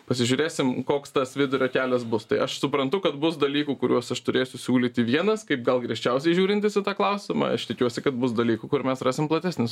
pasižiūrėsim koks tas vidurio kelias bus tai aš suprantu kad bus dalykų kuriuos aš turėsiu siūlyti vienas kaip gal griežčiausiai žiūrintis į tą klausimą aš tikiuosi kad bus dalykų kur mes rasim platesnis